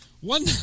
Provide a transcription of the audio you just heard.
one